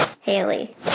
Haley